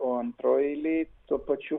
o antroj eilėj tuo pačiu